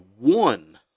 one